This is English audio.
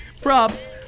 props